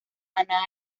manada